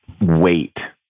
wait